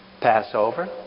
Passover